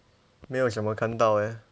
没有什么看到 eh